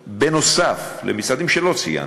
ובנוסף, למשרדים שלא ציינתי,